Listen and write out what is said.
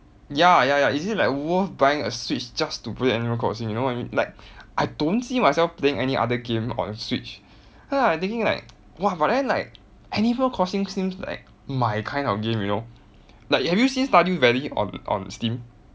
ya ya ya is it like worth buying a switch just to play animal crossing you know what I mean like I don't see myself playing any other game on switch then I thinking like !wah! but then like animal crossing seems like my kind of game you know like have you seen stardew valley on on steam